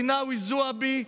רינאוי זועבי,